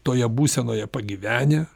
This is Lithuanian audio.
toje būsenoje pagyvenę